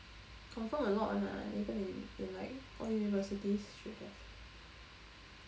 confirm a lot one lah later they they like all these universities should have